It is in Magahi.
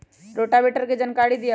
रोटावेटर के जानकारी दिआउ?